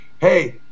hey